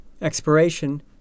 Expiration